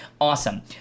Awesome